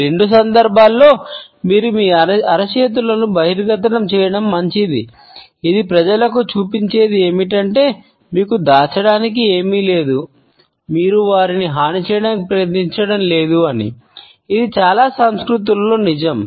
ఈ రెండు సందర్భాల్లో మీరు మీ అరచేతులను బహిర్గతం చేయడం మంచిది ఇది ప్రజలకు చూపించేది ఏమిటంటే మీకు దాచడానికి ఏమీ లేదు మీరు వారిని హాని చేయడానికి ప్రయత్నించడం లేదు అని ఇది చాలా సంస్కృతులలో నిజం